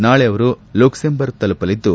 ನಾಳೆ ಅವರು ಲುಕ್ಲಂಬರ್ಗ್ ತಲುಪಲಿದ್ದು